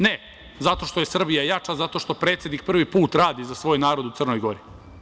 Ne, zato što je Srbija jača, zato što predsednik prvi put radi za svoj narod u Crnoj Gori.